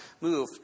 move